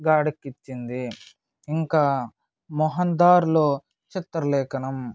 గాడెక్కించింది ఇంకా మొహంజదార్లో చిత్రలేఖనం